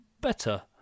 Better